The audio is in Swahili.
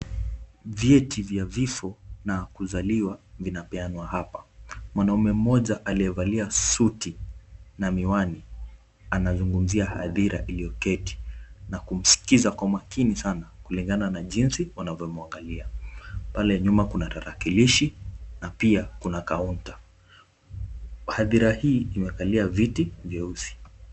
Vyeti vya vifo na kuzaliwa vinapeanwa hapa. Mwanaume mmoja aliyevalia suti na miwani anazungumzia hadhira iliyoketi na kumskiza kwa makini sana kulingana na jinsi wanavyomwangalia. Pale nyuma kuna tarakilishi na pia kuna kaunta. Hadhira hii imekalia viti vyeusi.